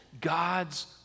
God's